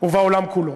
ובעולם כולו.